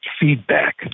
feedback